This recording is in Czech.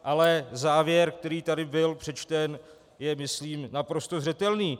Ale závěr, který tady byl přečten, je, myslím, naprosto zřetelný.